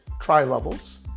tri-levels